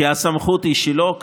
כי הסמכות היא שלו.